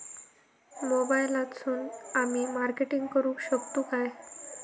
मोबाईलातसून आमी मार्केटिंग करूक शकतू काय?